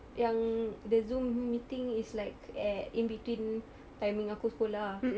yang the Zoom meeting is like at in between timing aku sekolah ah